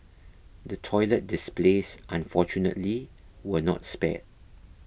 the toilet displays unfortunately were not spared